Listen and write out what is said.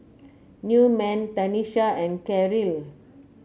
Newman Tanisha and Karyl